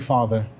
Father